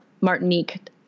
Martinique